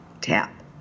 Tap